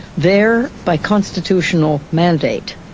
there, by constitutional mandate,